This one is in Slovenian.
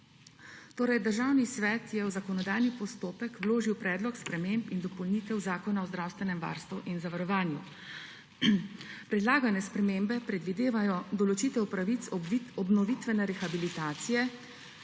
besedo. Državni svet je v zakonodajni postopek vložil predlog sprememb in dopolnitev Zakona o zdravstvenem varstvu in zdravstvenem zavarovanju. Predlagane spremembe predvidevajo določitev pravic obnovitvene rehabilitacije,